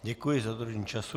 Děkuji za dodržení času.